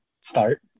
start